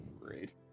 great